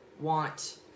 want